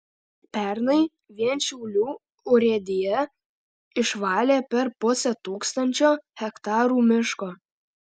pernai vien šiaulių urėdija išvalė per pusę tūkstančio hektarų miško